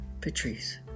Patrice